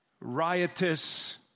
riotous